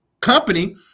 company